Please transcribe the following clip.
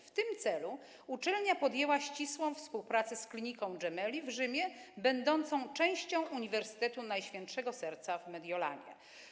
W tym celu uczelnia podjęła ścisłą współpracę z kliniką Gemelli w Rzymie będącą częścią Katolickiego Uniwersytetu Najświętszego Serca w Mediolanie.